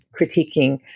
critiquing